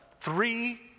three